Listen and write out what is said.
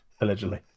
Allegedly